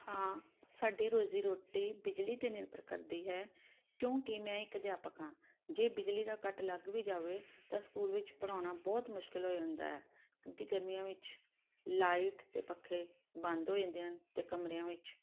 ਹਾਂ ਸਾਡੀ ਰੋਜ਼ੀ ਰੋਟੀ ਬਿਜਲੀ 'ਤੇ ਨਿਰਭਰ ਕਰਦੀ ਹੈ ਕਿਉਂਕਿ ਮੈਂ ਇੱਕ ਅਧਿਆਪਕ ਹਾਂ ਜੇ ਬਿਜਲੀ ਦਾ ਕੱਟ ਲੱਗ ਵੀ ਜਾਵੇ ਤਾਂ ਸਕੂਲ ਵਿੱਚ ਪੜ੍ਹਾਉਣਾ ਬਹੁਤ ਮੁਸ਼ਕਿਲ ਹੋ ਜਾਂਦਾ ਹੈ ਕਿਉਂਕਿ ਗਰਮੀਆਂ ਵਿੱਚ ਲਾਈਟ ਅਤੇ ਪੱਖੇ ਬੰਦ ਹੋ ਜਾਂਦੇ ਹਨ ਅਤੇ ਕਮਰਿਆਂ ਵਿੱਚ